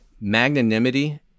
magnanimity